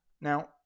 now